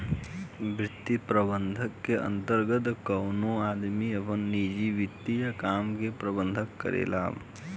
वित्तीय प्रबंधन के अंतर्गत कवनो आदमी आपन निजी वित्तीय काम के प्रबंधन करेला